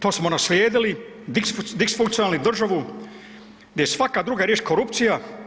To smo naslijedili, disfunkcionalnu državu gdje svaka druga riječ korupcija.